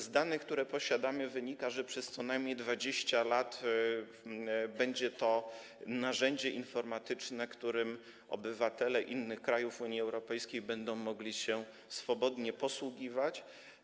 Z danych, które posiadamy, wynika, że przez co najmniej 20 lat będzie to narzędzie informatyczne, którym obywatele innych krajów Unii Europejskiej będą mogli się swobodnie posługiwać.